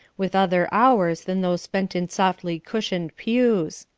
with other hours than those spent in softly cushioned pews.